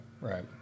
right